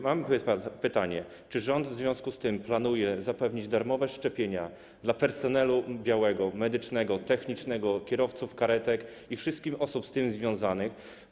Mam pytanie: Czy rząd w związku z tym planuje zapewnić darmowe szczepienia dla białego personelu, personelu medycznego, technicznego, kierowców karetek i wszystkich osób z tym związanych?